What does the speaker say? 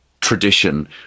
tradition